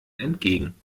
entgegen